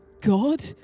god